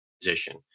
position